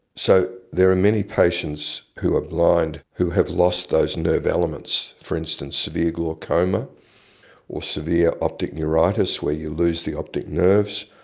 so there are many patients who are blind who have lost those nerve elements, for instance severe glaucoma or severe optic neuritis where you lose the optic nerves,